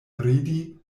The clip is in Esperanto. ridi